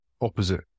opposite